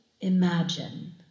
imagine